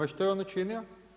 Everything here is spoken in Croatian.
I što je on učinio?